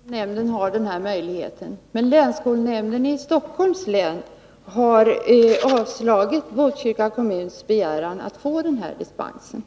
Fru talman! Jag vet att länsskolnämnden har denna möjlighet, men länsskolnämnden i Stockholms län har avslagit Botkyrka kommuns begäran att få den här dispensen.